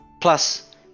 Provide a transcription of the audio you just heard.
Plus